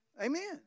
Amen